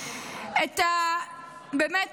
את העבודה